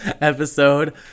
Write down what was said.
episode